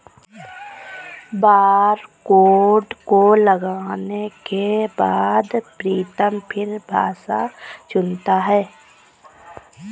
barcode को लगाने के बाद प्रीतम फिर भाषा चुनता है